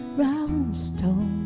round stone